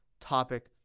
topic